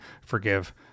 forgive